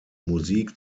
musik